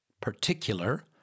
particular